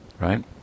Right